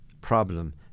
problem